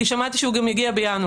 כי שמעתי שהוא גם יגיע בינואר,